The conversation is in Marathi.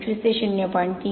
२५ ते ०